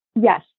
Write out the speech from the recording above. Yes